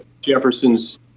Jefferson's